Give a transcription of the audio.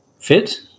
fit